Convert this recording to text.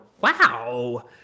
wow